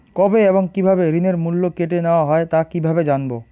কবে এবং কিভাবে ঋণের মূল্য কেটে নেওয়া হয় তা কিভাবে জানবো?